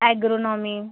agronomy